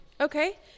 Okay